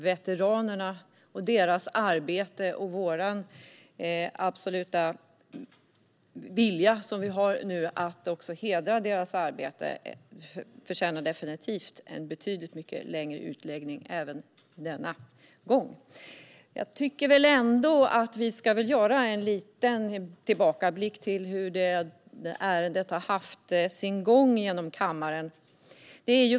Veteranerna, deras arbete och vår vilja att hedra deras arbete förtjänar definitivt en lite längre utläggning även denna gång. Jag tycker ändå att vi ska göra en liten tillbakablick på hur ärendet haft sin gång genom kammaren.